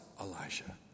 Elijah